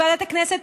בוועדת הכנסת,